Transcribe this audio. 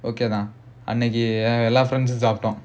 okay lah அன்னைக்கு எல்லா:annaikku ellaa friends um சாப்பிட்டோம்:saappitom